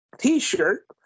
t-shirt